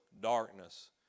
darkness